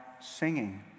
singing